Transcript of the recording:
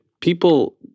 people